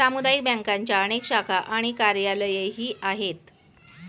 सामुदायिक बँकांच्या अनेक शाखा आणि कार्यालयेही आहेत